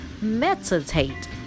meditate